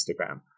Instagram